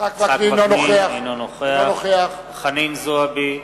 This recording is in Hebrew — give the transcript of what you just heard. אינו נוכח חנין זועבי,